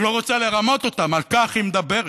ולא רוצה לרמות אותם, על כך היא מדברת.